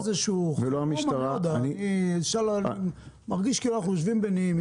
אבל אתה מרגיש איזו --- אני מרגיש כאילו שאנחנו יושבים בנעימים,